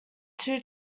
two